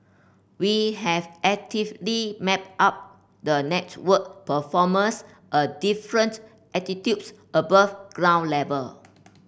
we have actively mapped out the network performance a different altitudes above ground level